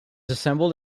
assembled